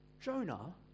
Jonah